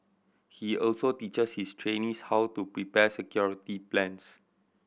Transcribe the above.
he also teaches his trainees how to prepare security plans